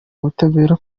ubutabera